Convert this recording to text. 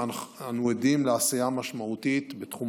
אך אנו עדים לעשייה משמעותית בתחום החינוך.